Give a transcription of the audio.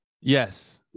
Yes